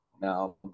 now